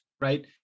right